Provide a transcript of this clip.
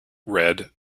red